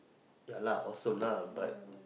ya lah awesome lah but